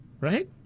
right